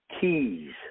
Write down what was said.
keys